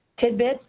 tidbits